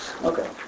Okay